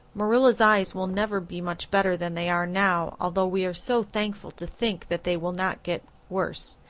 marilla's eyes will never be much better than they are now, although we are so thankful to think that they will not get worse.